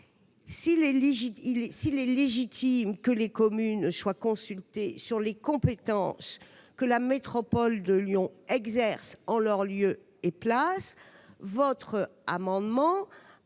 S'il est légitime que les communes soient consultées sur les compétences que la métropole de Lyon exerce en leur lieu et place, votre amendement